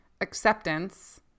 acceptance